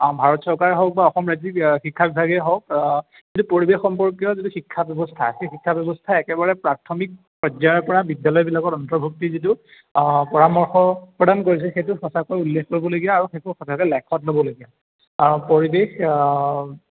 ভাৰত চৰকাৰে হওক বা অসম ৰাজ্যিক শিক্ষা বিভাগেই হওক যি পৰিৱেশ সম্পৰ্কীয় যিটো শিক্ষা ব্যৱস্থা সেই শিক্ষা ব্যৱস্থা একেবাৰে প্ৰাথমিক পৰ্যায়ৰ পৰা বিদ্যালয়বিলাকত অন্তৰ্ভুক্তি যিটো পৰামৰ্শ প্ৰদান কৰিছে সেইটো সঁচাকৈ উল্লেখ কৰিবলগীয়া আৰু সেইটো সঁচাকৈ লেখত ল'বলগীয়া কাৰণ পৰিৱেশ